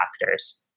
factors